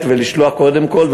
לשלוח קודם כול,